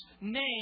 name